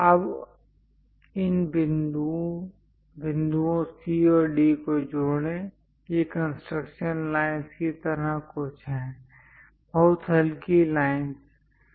अब इन बिंदुओं C और D को जोड़ें ये कंस्ट्रक्शन लाइनस् की तरह कुछ है बहुत हल्की लाइनस्